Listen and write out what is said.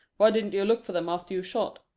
why didn't you look for them after you shot?